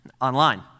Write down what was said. online